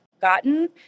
gotten